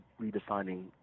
Redefining